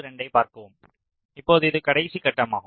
இப்போது இது கடைசி கட்டமாகும்